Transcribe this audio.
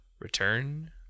return